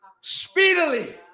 Speedily